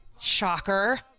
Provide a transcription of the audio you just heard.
Shocker